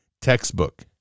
Textbook